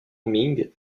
ming